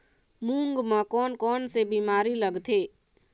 मूंग म कोन कोन से बीमारी लगथे?